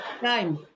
Time